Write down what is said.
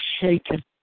shaken